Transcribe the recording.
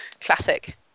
Classic